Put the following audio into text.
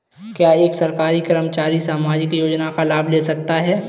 क्या एक सरकारी कर्मचारी सामाजिक योजना का लाभ ले सकता है?